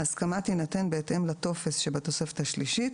ההסכמה תינתן בהתאם לטופס שבתוספת השלישית.